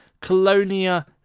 Colonia